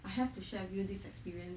I have to share with you this experience